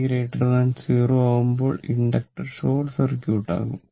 t 0 ആവുമ്പോൾ inductor short circuit ആകും